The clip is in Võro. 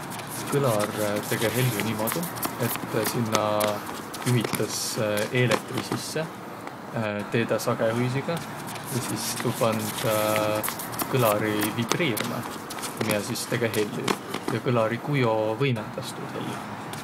Kõlar tege hellü niimuudu, et sinnäq juhitas eelektri sisse teedäq sagõhuisiga, ja sis tuu pand kõlari vibriirmä, miä sis tege hellü. Ja kõlari kujo võimõndas tuud hellü.